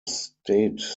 state